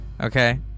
Okay